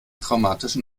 traumatischen